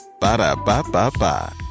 Ba-da-ba-ba-ba